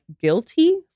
guilty